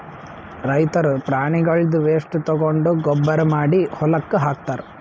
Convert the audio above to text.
ರೈತರ್ ಪ್ರಾಣಿಗಳ್ದ್ ವೇಸ್ಟ್ ತಗೊಂಡ್ ಗೊಬ್ಬರ್ ಮಾಡಿ ಹೊಲಕ್ಕ್ ಹಾಕ್ತಾರ್